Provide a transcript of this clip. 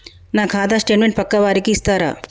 నా ఖాతా స్టేట్మెంట్ పక్కా వారికి ఇస్తరా?